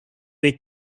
way